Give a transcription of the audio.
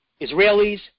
Israelis